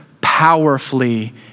powerfully